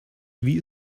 wie